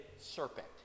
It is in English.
serpent